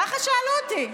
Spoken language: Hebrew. ככה שאלו אותי.